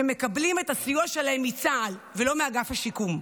שמקבלים את הסיוע שלהם מצה"ל ולא מאגף השיקום.